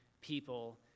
people